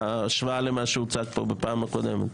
בהשוואה למה שהוצג פה בפעם הקודמת.